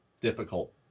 difficult